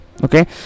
okay